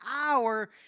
hour